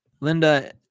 Linda